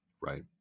Right